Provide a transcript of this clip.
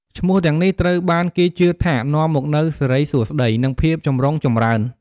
ឈ្មោះទាំងនេះត្រូវបានគេជឿថា នាំមកនូវសិរីសួស្តី និងភាពចម្រុងចម្រើន។